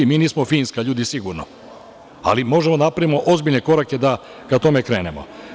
Mi nismo Finska, to je sigurno, ali možemo da napravimo ozbiljne korake da ka tome krenemo.